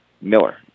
Miller